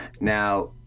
Now